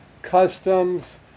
customs